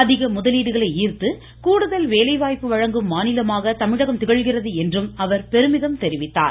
அதிக முதலீடுகளை ஈர்த்து கூடுதல் வேலைவாய்ப்பு வழங்கும் மாநிலமாக தமிழகம் திகழ்கிறது என்றும் அவர் பெருமிதம் தெரிவித்தார்